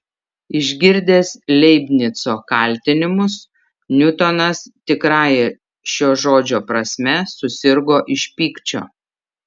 išgirdęs leibnico kaltinimus niutonas tikrąja šio žodžio prasme susirgo iš pykčio